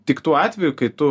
tik tuo atveju kai tu